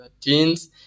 teens